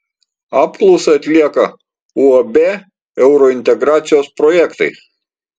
apklausą atlieka uab eurointegracijos projektai